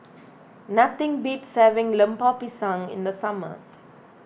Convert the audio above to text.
nothing beats having Lemper Pisang in the summer